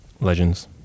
legends